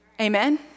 Amen